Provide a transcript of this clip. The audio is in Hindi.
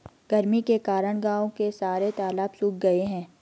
गर्मी के कारण गांव के सारे तालाब सुख से गए हैं